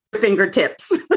fingertips